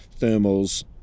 thermals